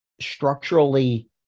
structurally